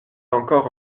encore